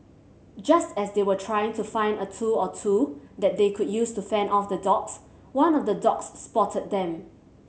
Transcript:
just as they were trying to find a tool or two that they could use to fend off the dogs one of the dogs spotted them